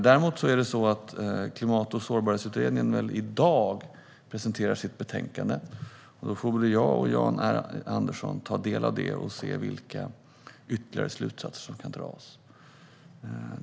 Däremot presenterar Klimat och sårbarhetsutredningen väl i dag sitt betänkande, och då kan jag och Jan R Andersson ta del av det och se vilka ytterligare slutsatser som kan dras.